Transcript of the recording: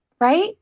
right